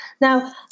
Now